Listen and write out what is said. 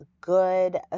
good